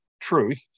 truth